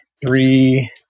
three